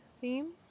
theme